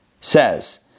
says